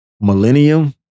millennium